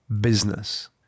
business